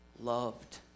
loved